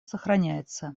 сохраняется